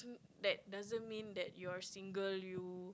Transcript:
that doesn't mean that you're single you